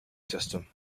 system